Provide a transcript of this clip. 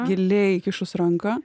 giliai įkišus ranką